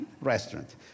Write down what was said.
restaurant